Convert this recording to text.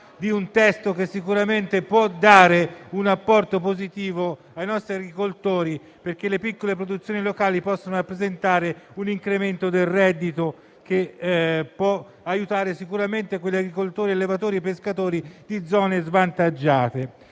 di un testo che sicuramente può dare un apporto positivo ai nostri agricoltori e perché le piccole produzioni locali possono rappresentare un incremento del reddito che può aiutare sicuramente quegli agricoltori, allevatori e pescatori di zone svantaggiate.